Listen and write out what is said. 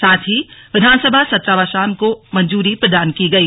साथ ही विधानसभा सत्रावसान को मंजूरी प्रदान की गई